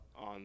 on